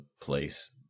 place